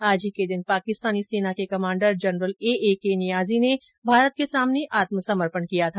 आज ही के दिन पाकिस्तानी सेना के कमाण्डर जनरल एएके नियाजी ने भारत के सामने आत्म समर्पण किया था